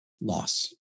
loss